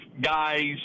guys